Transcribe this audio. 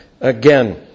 again